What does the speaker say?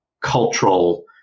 cultural